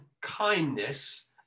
kindness